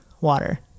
water